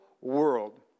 world